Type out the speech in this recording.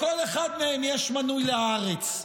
לכל אחד מהם יש מנוי להארץ.